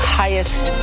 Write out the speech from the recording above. highest